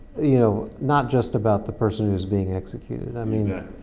you know not just about the person who's being executed. i mean